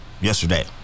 yesterday